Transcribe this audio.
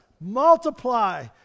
multiply